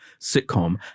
sitcom